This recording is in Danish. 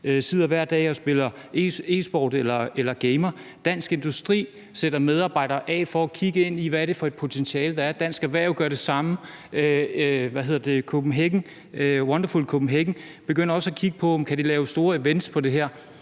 sidder hver dag og spiller e-sport eller gamer. Dansk Industri sætter medarbejdere af til at kigge på, hvad for et potentiale det har, og Dansk Erhverv gør det samme. Wonderful Copenhagen begynder også at kigge på, om de kan lave store events med det her.